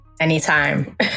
Anytime